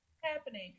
happening